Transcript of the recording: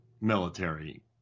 military